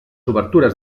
obertures